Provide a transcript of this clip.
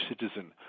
citizen